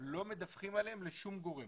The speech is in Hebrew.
לא מדווחים על זה לשום גורם.